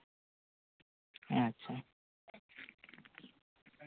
ᱟᱪᱪᱷᱟ